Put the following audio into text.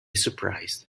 surprised